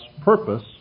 purpose